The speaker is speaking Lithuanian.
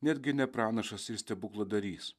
netgi ne pranašas ir stebukladarys